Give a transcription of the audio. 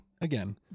again